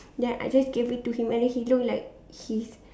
then I just gave it to him and then he looked like he's